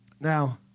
Now